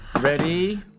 Ready